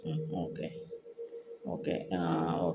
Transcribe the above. okay okay ah okay